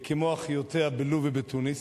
כמו אחיותיה לוב ותוניס,